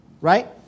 Right